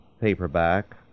paperback